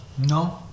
No